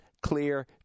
clear